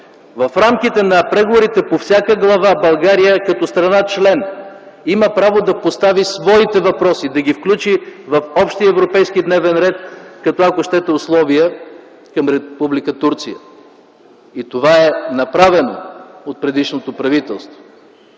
в рамките на преговорите по всяка глава България, като страна член, има право да постави своите въпроси, да ги включи в общия европейски дневен ред като, ако щете, условия към Република Турция. И това е направено от предишното правителство.